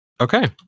Okay